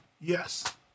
Yes